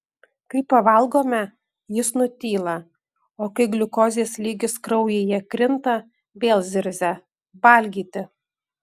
kai pavalgome jis nutyla o kai gliukozės lygis kraujyje krinta vėl zirzia valgyti